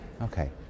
Okay